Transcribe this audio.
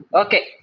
okay